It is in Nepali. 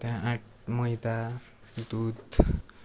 त्यहाँ आँटा मैदा दुध